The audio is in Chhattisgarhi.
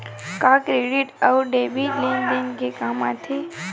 का क्रेडिट अउ डेबिट लेन देन के काम आथे?